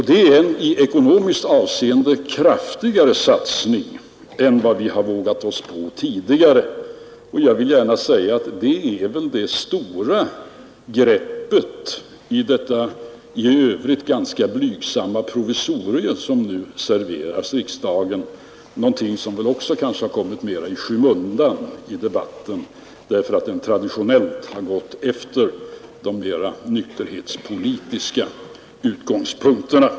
Det är en i ekonomiskt avseende kraftigare satsning än vi har vågat oss på tidigare, och det är det stora greppet i det i övrigt ganska blygsamma provisorium som nu serveras riksdagen, någonting som också kommit i skymundan i debatten, därför att den har förts från de traditionella nykterhetspolitiska utgångspunkterna.